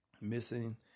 missing